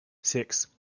six